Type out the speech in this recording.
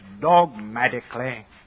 dogmatically